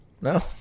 No